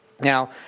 Now